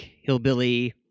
hillbilly